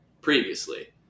previously